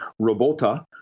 robota